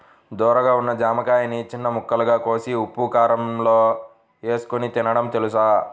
ధోరగా ఉన్న జామకాయని చిన్న ముక్కలుగా కోసి ఉప్పుకారంలో ఏసుకొని తినడం తెలుసా?